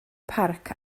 parc